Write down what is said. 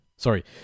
Sorry